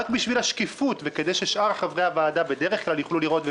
רק בשביל השקיפות וכדי ששאר חברי הוועדה בדרך כלל יוכלו לראות,